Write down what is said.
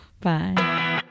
Bye